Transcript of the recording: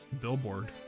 Billboard